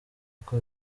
uko